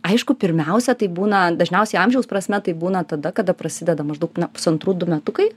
aišku pirmiausia tai būna dažniausiai amžiaus prasme tai būna tada kada prasideda maždaug na pusantrų du metukai